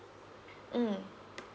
mm